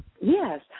Yes